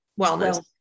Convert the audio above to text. Wellness